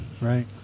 Right